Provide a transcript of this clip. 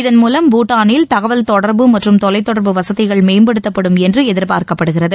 இதன் மூலம் பூட்டானில் தகவல் தொடர்பு மற்றும் தொலைத்தொடர்பு வசதிகள் மேம்படுத்தப்படும் என்று எதிர்பார்க்கப்படுகிறது